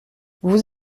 vous